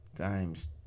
times